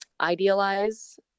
idealize